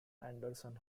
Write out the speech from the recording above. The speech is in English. anderson